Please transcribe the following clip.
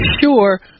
sure